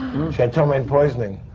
she had ptomaine poisoning.